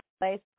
place